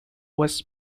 was